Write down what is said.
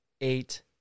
eight